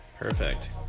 Perfect